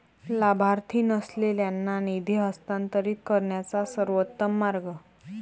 लाभार्थी नसलेल्यांना निधी हस्तांतरित करण्याचा सर्वोत्तम मार्ग